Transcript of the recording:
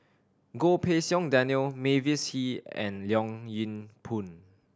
Goh Pei Siong Daniel Mavis Hee and Leong Yin Poon